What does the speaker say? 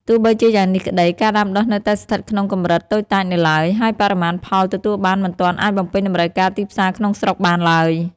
ទោះបីជាយ៉ាងនេះក្តី ការដាំដុះនៅតែស្ថិតក្នុងកម្រិតតូចតាចនៅឡើយ ហើយបរិមាណផលទទួលបានមិនទាន់អាចបំពេញតម្រូវការទីផ្សារក្នុងស្រុកបានឡើយ។